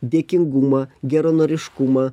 dėkingumą geranoriškumą